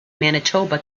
manitoba